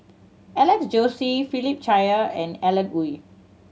Alex Josey Philip Chia and Alan Oei